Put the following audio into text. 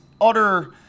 utter